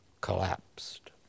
collapsed